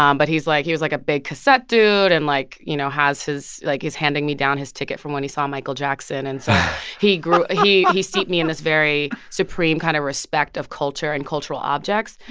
um but he's like he was, like, a big cassette dude and, like, you know, has his like, is handing me down his ticket from when he saw michael jackson and so he grew he he steeped me in this very supreme kind of respect of culture and cultural objects.